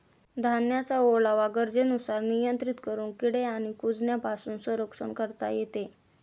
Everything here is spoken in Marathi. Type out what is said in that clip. धान्याचा ओलावा गरजेनुसार नियंत्रित करून किडे आणि कुजण्यापासून संरक्षण करता येते